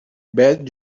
bet